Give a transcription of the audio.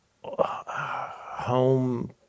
home